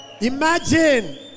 Imagine